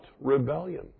rebellion